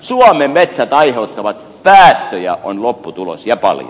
suomen metsät aiheuttavat päästöjä on lopputulos ja paljon